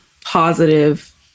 positive